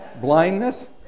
Blindness